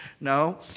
No